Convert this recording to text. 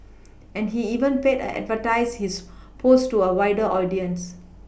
and he even paid a advertise his post to a wider audience